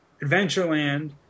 Adventureland